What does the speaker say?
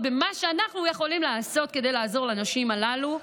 במה שאנחנו יכולים לעשות כדי לעזור לנשים הללו.